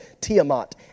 Tiamat